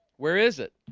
where is it?